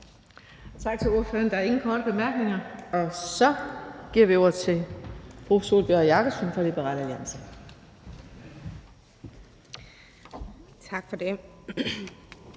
Tak til ordføreren. Der er ingen korte bemærkninger. Så giver vi ordet til fru Sólbjørg Jakobsen fra Liberal Alliance. Kl.